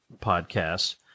podcast